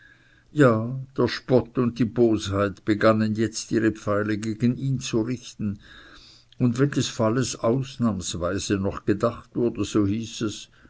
ja der spott und die bosheit begannen jetzt ihre pfeile gegen ihn zu richten und wenn des falles ausnahmsweise noch gedacht wurde so hieß es